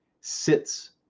sits